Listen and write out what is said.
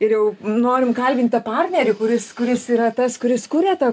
ir jau norim kalbint tą partnerį kuris kuris yra tas kuris kuria tą